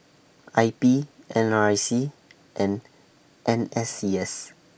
I P N R I C and N S C S